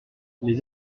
les